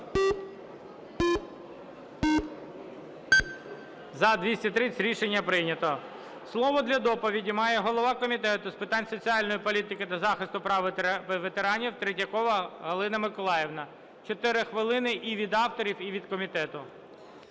За-230 Рішення прийнято. Слово для доповіді має голова Комітету з питань соціальної політики та захисту прав ветеранів Третьякова Галина Миколаївна 4 хвилини і від авторів, і від комітету.